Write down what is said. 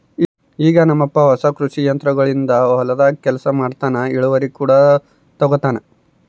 ಈಗ ನಮ್ಮಪ್ಪ ಹೊಸ ಕೃಷಿ ಯಂತ್ರೋಗಳಿಂದ ಹೊಲದಾಗ ಕೆಲಸ ಮಾಡ್ತನಾ, ಇಳಿವರಿ ಕೂಡ ತಂಗತಾನ